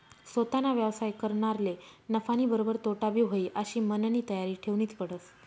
सोताना व्यवसाय करनारले नफानीबरोबर तोटाबी व्हयी आशी मननी तयारी ठेवनीच पडस